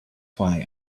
why